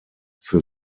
für